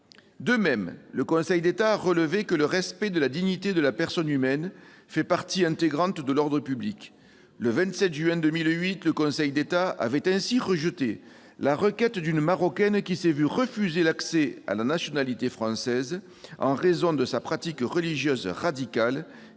De même, le Conseil d'État a relevé que le respect de la dignité de la personne humaine fait partie intégrante de l'ordre public. Le 27 juin 2008, il avait ainsi rejeté la requête d'une Marocaine qui s'était vu refuser l'accès à la nationalité française en raison de sa pratique religieuse radicale,